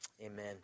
amen